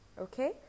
Okay